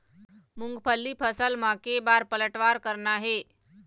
मूंगफली फसल म के बार पलटवार करना हे?